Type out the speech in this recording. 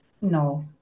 No